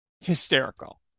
hysterical